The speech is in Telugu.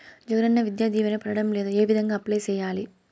జగనన్న విద్యా దీవెన పడడం లేదు ఏ విధంగా అప్లై సేయాలి